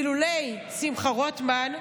אילולא שמחה רוטמן,